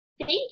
Thank